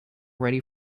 ready